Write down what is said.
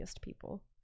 people